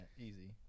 Easy